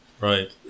Right